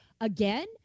again